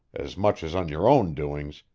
as much as on your own doings,